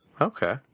Okay